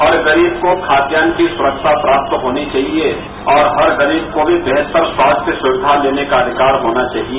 हर गरीब को खाद्यान की सुरक्षा प्राप्त होनी चाहिये और हर गरीब को भी वेहतर स्वास्थ्य सुविधा लेने का अधिकार होना चाहिये